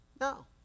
No